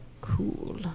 Cool